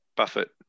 Buffett